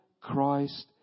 Christ